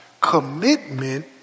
commitment